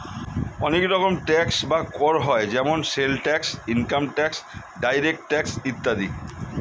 অনেক রকম ট্যাক্স বা কর হয় যেমন sales tax, income tax, direct tax ইত্যাদি